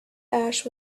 ash